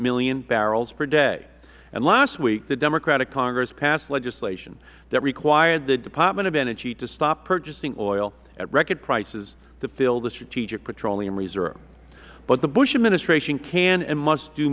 million barrels per day last week the democratic congress passed legislation that required the department of energy to stop purchasing oil at record prices to fill the strategic petroleum reserve but the bush administration can and must do